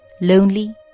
lonely